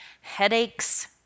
headaches